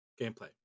gameplay